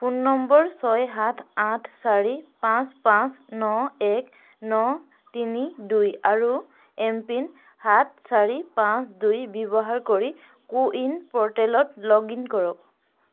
phone number ছয় সাত আঠ চাৰি পাঁচ পাঁচ ন এক ন তিনি দুই আৰু এমপিন সাত চাৰি পাঁচ দুই ব্যৱহাৰ কৰি কো ৱিন প'ৰ্টেলত লগ ইন কৰক